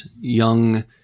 young